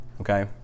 okay